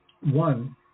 one